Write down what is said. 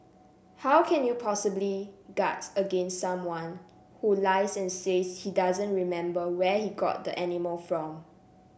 how can you possibly guards against someone who lies and says he doesn't remember where he got the animal from